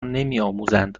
نمیآموزند